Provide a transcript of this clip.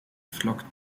flockt